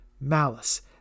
malice